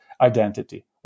identity